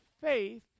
faith